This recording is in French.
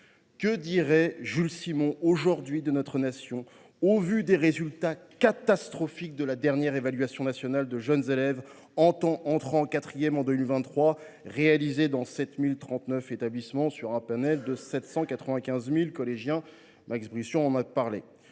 Que dirait il aujourd’hui de notre nation, au vu des résultats catastrophiques de la dernière évaluation nationale de jeunes élèves entrant en quatrième en 2023, réalisée dans 7 039 établissements sur un panel de 795 000 collégiens ? Selon